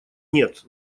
нет